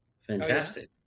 Fantastic